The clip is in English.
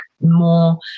more